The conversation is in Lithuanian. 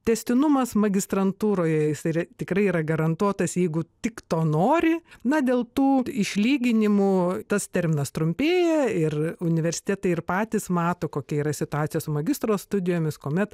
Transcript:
tęstinumas magistrantūroje jis yra tikrai yra garantuotas jeigu tik to nori na dėl tų išlyginimų tas terminas trumpėja ir universitetai ir patys mato kokia yra situacija su magistro studijomis kuomet